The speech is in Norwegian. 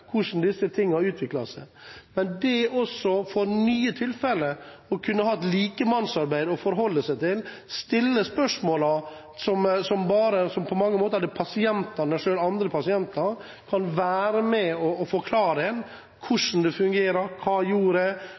hvordan den utvikler seg. Det hadde vært fint om man også for nye tilfeller kunne hatt et likemannsarbeid å forholde seg til, stille spørsmålene som andre pasienter kan være med og svare på: Hvordan fungerer det? Hva gjorde